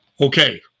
Okay